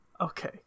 Okay